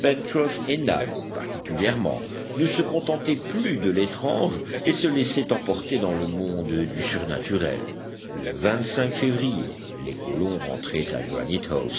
particulièrement ne se contentaient plus de l'étrange et se laissaient emporter dans le monde du surnaturel le février les colons rentraient à